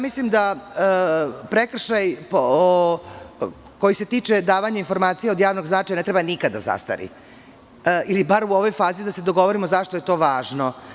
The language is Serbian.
Mislim da prekršaj koji se tiče davanja informacija od javnog značaja ne treba nikada da zastari, ili bar da se u ovoj fazi dogovorimo zašto je to važno.